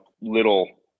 little